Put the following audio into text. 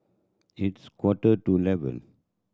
its quarter to eleven